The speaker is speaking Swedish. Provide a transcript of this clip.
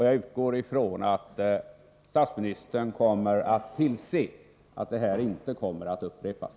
Jag utgår ifrån att statsministern kommer att se till att saken inte upprepas.